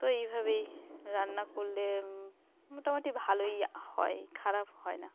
তো এইভাবেই রান্না করলে মোটামুটি ভালোই হয় খারাপ হয় না